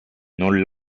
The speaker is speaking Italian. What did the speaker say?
non